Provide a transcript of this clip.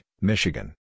Michigan